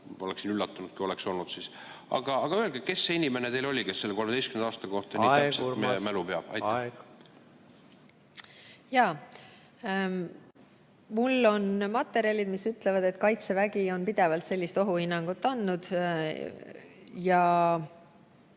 oleksin üllatunud, kui oli teadlik. Aga öelge, kes see inimene oli, kes selle 13 aasta kohta nii täpselt teab? Mul on materjalid, mis ütlevad, et Kaitsevägi on pidevalt sellist ohuhinnangut andnud.